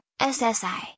SSI